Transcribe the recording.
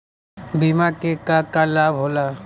बिमा के का का लाभ होला?